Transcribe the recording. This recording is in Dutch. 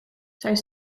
zijn